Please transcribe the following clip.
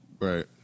Right